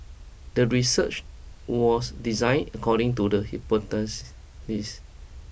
the research was designed according to the hypothesis